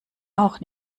auch